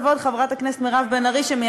תחשוב מה יהיה אם דני ילך.